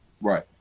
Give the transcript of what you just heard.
Right